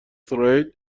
تریل